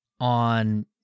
on